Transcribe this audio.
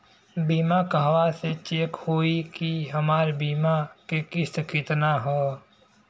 बीमा कहवा से चेक होयी की हमार बीमा के किस्त केतना ह?